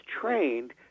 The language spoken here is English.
trained